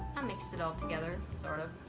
and mixed it all together. sort of.